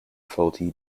faulty